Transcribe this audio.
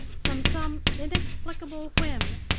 from some inexplicable whim,